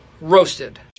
roasted